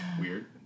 weird